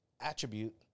attribute